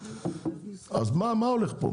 אז מה הולך פה?